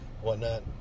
whatnot